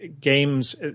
games